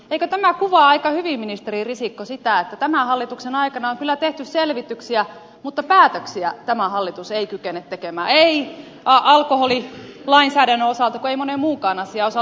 eikö tämä kuvaa aika hyvin ministeri risikko sitä että tämän hallituksen aikana on kyllä tehty selvityksiä mutta päätöksiä tämä hallitus ei kykene tekemään ei alkoholilainsäädännön eikä monen muunkaan asian osalta